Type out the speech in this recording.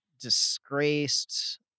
disgraced